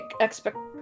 expectations